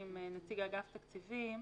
יש להם מקורות כספיים,